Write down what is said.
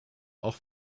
auch